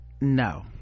No